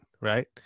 right